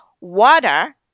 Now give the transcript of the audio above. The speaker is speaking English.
water